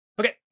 Okay